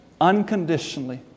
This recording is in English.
unconditionally